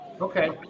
Okay